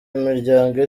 imiryango